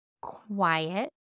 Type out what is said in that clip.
quiet